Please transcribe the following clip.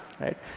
right